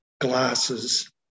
glasses